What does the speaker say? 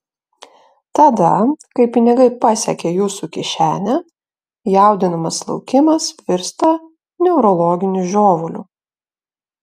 tada kai pinigai pasiekia jūsų kišenę jaudinamas laukimas virsta neurologiniu žiovuliu